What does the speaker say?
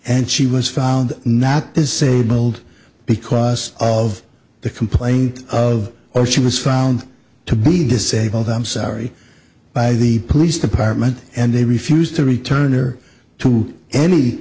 and she was found not disabled because of the complaint of oh she was found to be disabled i'm sorry by the police department and they refused to return her to any